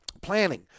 planning